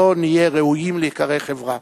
לא נהיה ראויים להיקרא חברה.